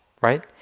right